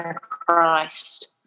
Christ